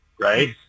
right